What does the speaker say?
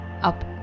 up